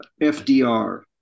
FDR